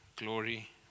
glory